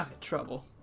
trouble